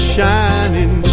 Shining